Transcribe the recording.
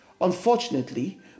Unfortunately